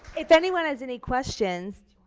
if anyone has any questions?